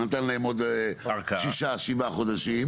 והוא נתן להם עוד שישה או שבעה חודשים,